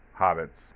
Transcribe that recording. hobbits